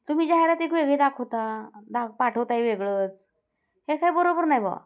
तुम्ही जाहिरात एक वेगळी दाखवता दाख पाठवत आहे वेगळंच हे काय बरोबर नाही बा